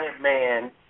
man